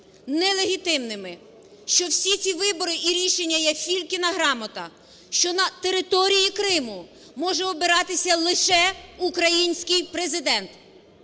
нелегітимними, що всі ці вибори і рішення є "фількина грамота", що на території Криму може обиратися лише український Президент.